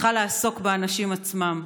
צריכה לעסוק באנשים עצמם.